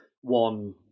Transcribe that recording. one